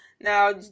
Now